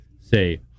say